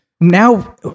Now